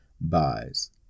buys